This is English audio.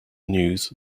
news